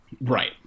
Right